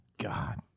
God